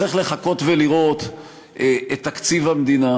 צריך לחכות ולראות את תקציב המדינה,